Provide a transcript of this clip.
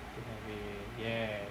to have a ya